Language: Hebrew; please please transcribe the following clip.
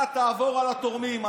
אתה תעבור על התורמים,